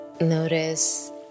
Notice